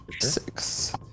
six